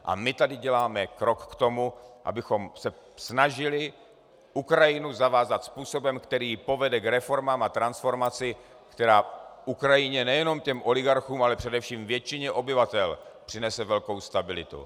A my tady děláme krok k tomu, abychom se snažili Ukrajinu zavázat způsobem, který povede k reformám a transformaci, která Ukrajině, nejenom oligarchům, ale především většině obyvatel, přinese velkou stabilitu.